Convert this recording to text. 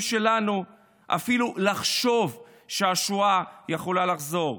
שלנו אפילו לחשוב שהשואה יכולה לחזור.